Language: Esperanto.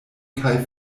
kaj